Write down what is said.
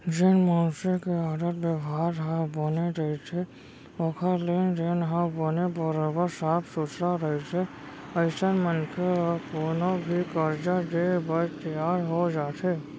जेन मनसे के आदत बेवहार ह बने रहिथे ओखर लेन देन ह बने बरोबर साफ सुथरा रहिथे अइसन मनखे ल कोनो भी करजा देय बर तियार हो जाथे